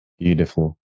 Beautiful